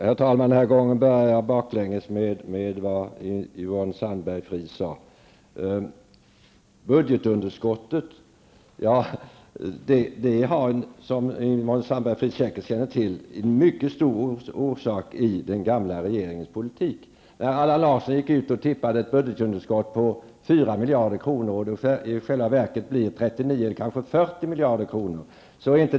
Herr talman! Den här gången börjar jag med vad Yvonne Sandberg-Fries sade. Som Yvonne Sandberg-Fries säkert känner till finns en mycket stor orsak till budgetunderskottet i den gamla regeringens politik. Allan Larsson tippade ett budgetunderskott på 4 miljarder kronor, medan det i själva verket blev 39 eller kanske 40 miljarder kronor.